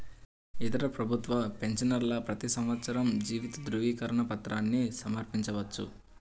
ఇతర ప్రభుత్వ పెన్షనర్లు ప్రతి సంవత్సరం జీవిత ధృవీకరణ పత్రాన్ని సమర్పించవచ్చు